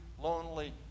lonely